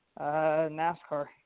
NASCAR